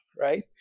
right